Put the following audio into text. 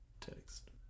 text